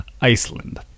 Iceland